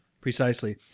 Precisely